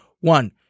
One